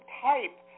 type